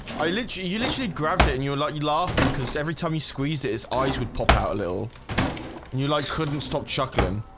i let you you literally grabbed it in your lucky laughing cuz everytime you squeezed it is eyes would pop out a little and you like couldn't stop chuckling